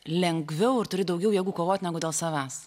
lengviau ir turi daugiau jėgų kovot negu dėl savęs